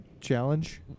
challenge